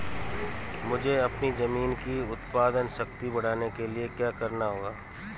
मुझे अपनी ज़मीन की उत्पादन शक्ति बढ़ाने के लिए क्या करना होगा?